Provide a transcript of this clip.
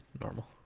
normal